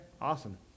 awesome